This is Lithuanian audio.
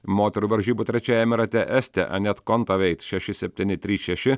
moterų varžybų trečiajame rate estė anet kontaveit šeši septyni trys šeši